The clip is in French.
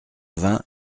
vingt